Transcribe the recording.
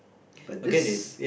but this